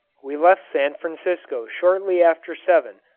we left san francisco shortly after seven,